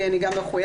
כי אני גם מחויבת,